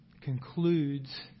concludes